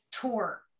tour